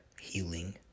healing